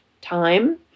time